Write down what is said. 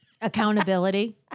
Accountability